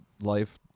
life